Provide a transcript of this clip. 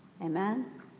Amen